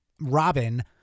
Robin